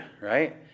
right